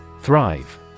Thrive